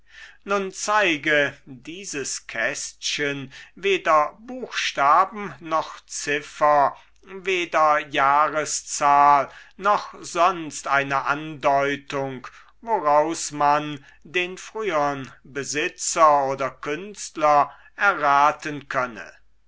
nun zeige dieses kästchen weder buchstaben noch ziffer weder jahrzahl noch sonst eine andeutung woraus man den frühern besitzer oder künstler erraten könne